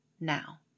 now